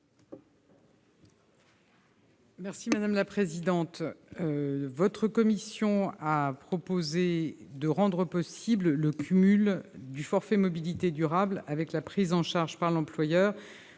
est à Mme la ministre. Votre commission a proposé de rendre possible le cumul du forfait mobilités durables avec la prise en charge par l'employeur